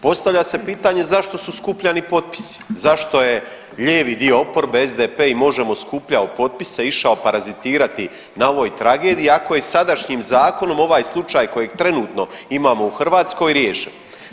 Postavlja se pitanje zašto su skupljani potpisi, zašto je lijevi dio oporbe SDP i Možemo! skupljao potpise i išao parazitirati na ovoj tragediji ako je sadašnjim zakonom ovaj slučaj kojeg trenutno imamo u Hrvatskoj riješen?